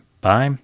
Bye